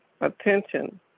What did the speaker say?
attention